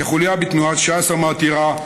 כחוליה בתנועת ש"ס המעטירה,